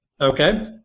Okay